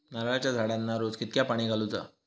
नारळाचा झाडांना रोज कितक्या पाणी घालुचा?